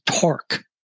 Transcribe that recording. torque